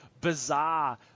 bizarre